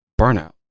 burnout